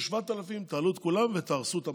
יש 7,000, תעלו את כולם ותהרסו את המחנות,